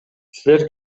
силер